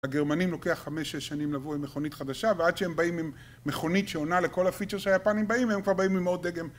לגרמנים לוקח חמש-שש שנים לבוא עם מכונית חדשה ועד שהם באים עם מכונית שעונה לכל הפיצ'ר שהיפנים באים הם כבר באים עם עוד דגם